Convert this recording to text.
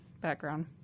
background